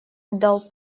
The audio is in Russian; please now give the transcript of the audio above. дал